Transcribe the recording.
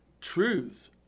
truth